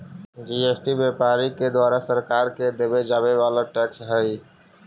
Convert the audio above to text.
GST व्यापारि के द्वारा सरकार के देवे जावे वाला टैक्स हई